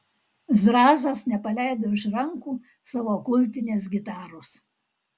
zrazas nepaleido iš rankų savo kultinės gitaros